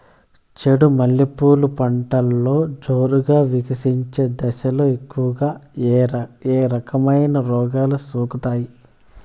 చెండు మల్లె పూలు పంటలో జోరుగా వికసించే దశలో ఎక్కువగా ఏ రకమైన రోగాలు సోకుతాయి?